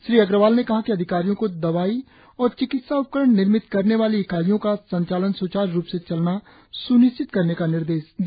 श्री अग्रवाल ने कहा कि अधिकारियों को दवाई और चिकित्सा उपकरण निर्मित करने वाली इकाइयों का संचालन सुचारू रूप से चलना सुनिश्चित करने का निर्देश दिया